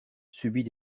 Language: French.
subit